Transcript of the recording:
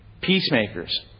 Peacemakers